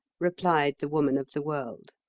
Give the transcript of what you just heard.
replied the woman of the world.